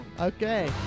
Okay